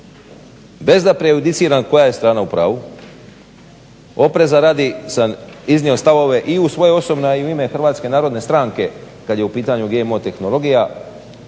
bez da prejudiciram koja je strana u pravu, opreza radi sam iznio stavove i u svoje osobno, a i u ime HNS-a kad je u pitanju GMO tehnologija.